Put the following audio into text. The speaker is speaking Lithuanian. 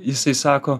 jisai sako